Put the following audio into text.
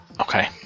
Okay